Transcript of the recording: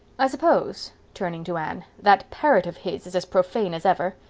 i suppose, turning to anne, that parrot of his is as profane as ever?